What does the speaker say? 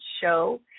show